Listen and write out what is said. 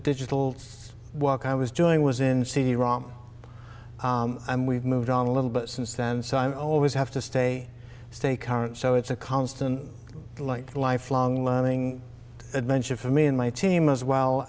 digital walk i was doing was in cd rom and we've moved on a little bit since then so i always have to stay stay current so it's a constant light lifelong learning adventure for me and my team as well